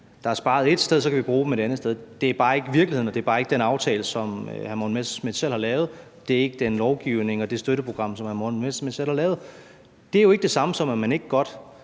der er sparet ét sted; så kan vi bruge dem et andet sted. Det er bare ikke virkeligheden, og det er bare ikke den aftale, som hr. Morten Messerschmidt selv har lavet. Det er ikke den lovgivning og det støtteprogram, som hr. Morten Messerschmidt selv har lavet. Det er jo ikke det samme, som at man ikke godt